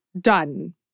done